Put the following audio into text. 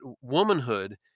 womanhood